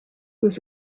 was